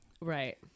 Right